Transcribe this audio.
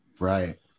Right